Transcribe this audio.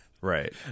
Right